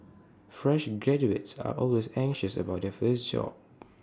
fresh graduates are always anxious about their first job